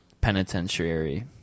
penitentiary